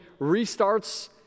restarts